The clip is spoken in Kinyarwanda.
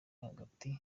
hagati